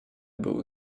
był